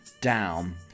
down